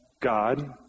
God